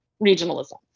regionalism